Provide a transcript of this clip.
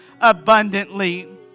abundantly